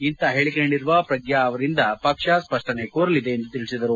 ಇಂತಹ ಹೇಳಕೆ ನೀಡಿರುವ ಪ್ರಗ್ಯಾ ಅವರಿಂದ ಪಕ್ಷ ಸ್ಪಷ್ಟನೆ ಕೋರಲಿದೆ ಎಂದು ತಿಳಿಸಿದರು